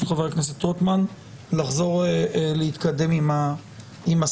חבר הכנסת רוטמן לחזור להתקדם עם הסעיפים.